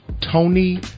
Tony